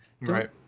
right